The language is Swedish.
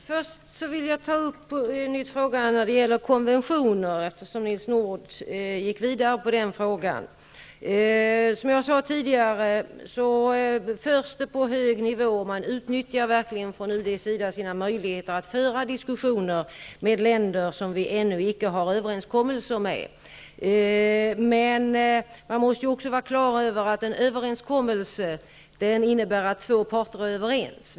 Fru talman! Jag vill först på nytt ta upp frågan om konventioner, eftersom Nils Nordh gick vidare i den frågan. Som jag sade tidigare utnyttjar man på UD verkligen möjligheterna att föra diskussioner med länder som vi ännu icke har överenskommelser med. Man måste emellertid också vara på det klara med att en överenskommelse innebär att två parter är överens.